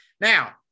Now